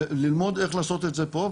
וללמוד איך לעשות את זה פה.